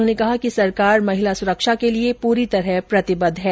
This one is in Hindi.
उन्होंने कहा कि सरकार महिला सुरक्षा के लिये पूरी तरह प्रतिबद्ध है